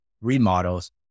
remodels